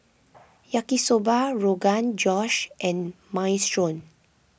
Yaki Soba Rogan Josh and Minestrone